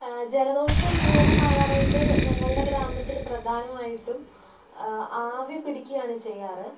ജലദോഷം ഭേദമാകാനായിട്ട് ഞങ്ങളുടെ ഗ്രാമത്തിൽ പ്രധാനമായിട്ടും ആവി പിടിക്കുകയാണ് ചെയ്യാറുള്ളത്